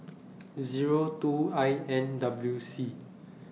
Zero two I N W C